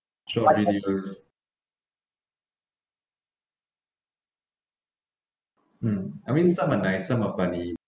short mm I mean some are nice some are funny